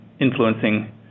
influencing